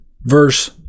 Verse